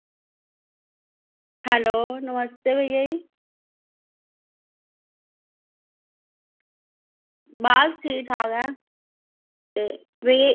hello नमस्ते भाईय़ा जी बस ठीक ठाक ऐं ते मिगी